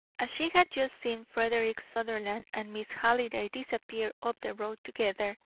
as she had just seen frederick sutherland and miss halliday disappear up the road together,